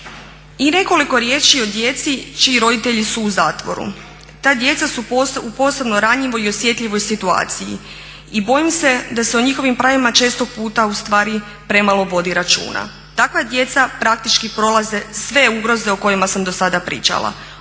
I nekoliko riječi o djeci čiji roditelji su u zatvoru. Ta djeca su u posebno ranjivoj i osjetljivoj situaciji i bojim se da se o njihovim pravima često puta ustvari premalo vodi računa. Takva djeca praktički prolaze sve ugroze o kojima sam do sada pričala.